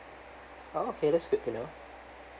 oh okay that's good to know